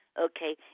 Okay